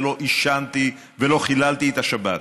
ולא עישנתי ולא חיללתי את השבת,